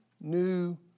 new